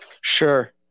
Sure